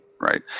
right